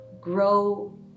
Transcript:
grow